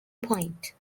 point